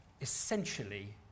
essentially